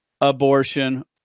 abortion